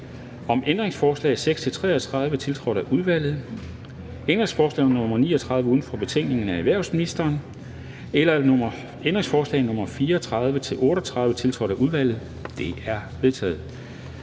om ændringsforslag nr. 6-33, tiltrådt af udvalget, om ændringsforslag nr. 39 uden for betænkningen af erhvervsministeren eller om ændringsforslag nr. 34-38, tiltrådt af udvalget? De er vedtaget.